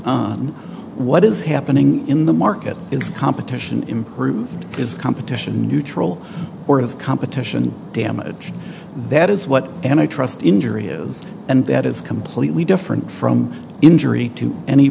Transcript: on what is happening in the market is competition improved because competition neutral or the competition damage that is what antitrust injury is and that is completely different from injury to any